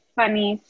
funny